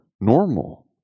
normal